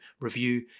review